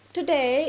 Today